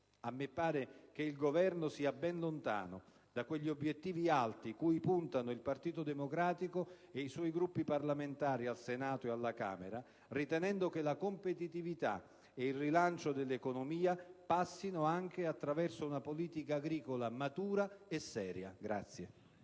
A me pare che questo Governo sia ben lontano da quegli obiettivi alti cui puntano il Partito Democratico e i suoi Gruppi parlamentari al Senato e alla Camera, ritenendo che la competitività e il rilancio dell'economia passino anche attraverso una politica agricola matura e seria.